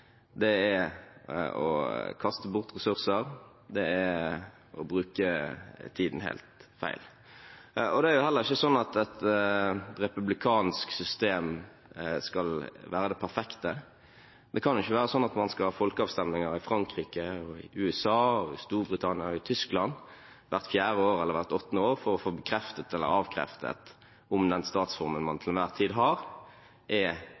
er å kaste bort ressurser og å bruke tiden helt feil. Det er heller ikke slik at et republikansk system skal være det perfekte. Det kan ikke være slik at man skal ha folkeavstemninger i Frankrike, USA, Storbritannia og Tyskland hvert fjerde eller hvert åttende år for å få bekreftet eller avkreftet at den statsformen man til enhver tid har, er